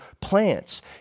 plants